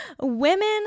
women